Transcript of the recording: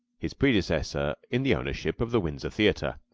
his predecessor in the ownership of the windsor theater.